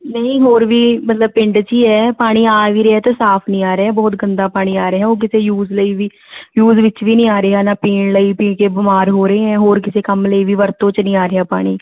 ਨਹੀਂ ਹੋਰ ਵੀ ਮਤਲਬ ਪਿੰਡ 'ਚ ਹੀ ਹੈ ਪਾਣੀ ਆ ਵੀ ਰਿਹਾ ਅਤੇ ਸਾਫ਼ ਨਹੀਂ ਆ ਰਿਹਾ ਬਹੁਤ ਗੰਦਾ ਪਾਣੀ ਆ ਰਿਹਾ ਉਹ ਕਿਸੇ ਯੂਜ਼ ਲਈ ਵੀ ਯੂਜ਼ ਵਿੱਚ ਵੀ ਨਹੀਂ ਆ ਰਿਹਾ ਨਾ ਪੀਣ ਲਈ ਪੀ ਕੇ ਬਿਮਾਰ ਹੋ ਰਹੇ ਹੋਰ ਕਿਸੇ ਕੰਮ ਲਈ ਵੀ ਵਰਤੋ 'ਚ ਨਹੀਂ ਆ ਰਿਹਾ ਪਾਣੀ